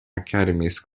academies